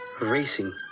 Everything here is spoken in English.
racing